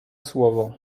słowo